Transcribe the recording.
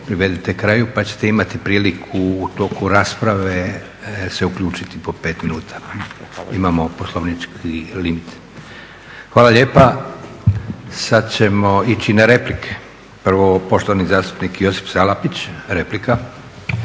privedite kraju pa ćete imati priliku u toku rasprave se uključiti po 5 minuta. Imamo poslovnički limit. Hvala lijepa. Sad ćemo ići na replike. Prvo, poštovani zastupnik Josip Salapić, replika.